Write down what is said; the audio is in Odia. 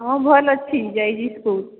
ହଁ ଭଲ ଅଛି ଯାଇଛି ସ୍କୁଲ୍